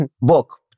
Book